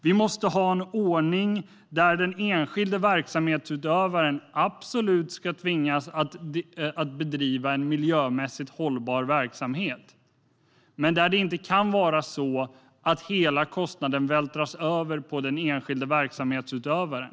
Vi måste ha en ordning där den enskilde verksamhetsutövaren absolut ska tvingas att bedriva en miljömässigt hållbar verksamhet men där hela kostnaden inte vältras över på den enskilde verksamhetsutövaren.